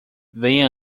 venha